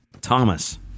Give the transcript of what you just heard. Thomas